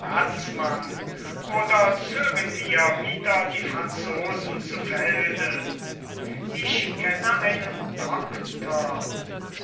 razmann oder zögen wir wider die franzosen zu felde ich kenne einen doktor